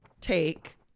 take